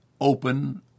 open